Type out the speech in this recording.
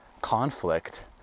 conflict